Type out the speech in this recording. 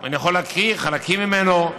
אני יכול להקריא חלקים ממנו: